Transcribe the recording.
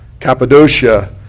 Cappadocia